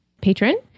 patron